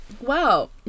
Wow